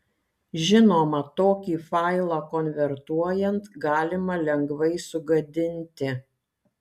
žinoma tokį failą konvertuojant galima lengvai sugadinti